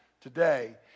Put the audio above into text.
today